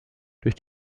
durch